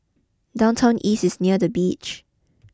downtown East is near the beach